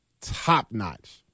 top-notch